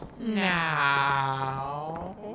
Now